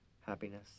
happiness